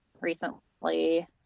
recently –